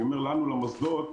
למוסדות,